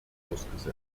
ausgesetzt